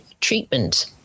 treatment